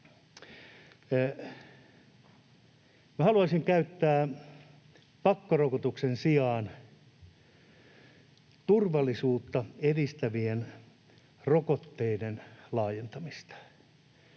haluaisin käyttää pakkorokotuksen sijaan turvallisuutta edistävien rokotteiden laajentamista.